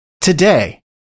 Today